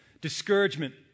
discouragement